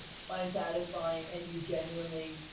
find satisfying, and you genuinely